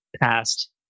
past